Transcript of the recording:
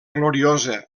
gloriosa